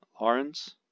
Lawrence